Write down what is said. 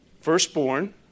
Firstborn